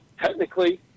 technically